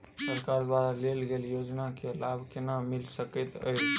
सरकार द्वारा देल गेल योजना केँ लाभ केना मिल सकेंत अई?